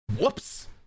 Whoops